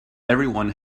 everyone